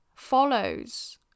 follows